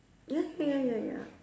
ya ya ya ya ya